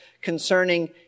concerning